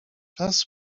czas